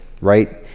right